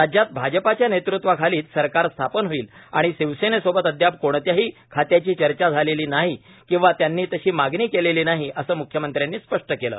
राज्यात भाजपाच्या नेतृत्वाखालीच सरकार स्थापन होईल आणि शिवसेनेसोबत अद्याप कोणत्याही खात्यांची चर्चा झालेली नाही किंवा त्यांनी तशी मागणी केलेली नाही असं मुख्यमंत्र्यांनी स्पष्ट केलं